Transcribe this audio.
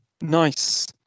nice